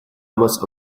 almost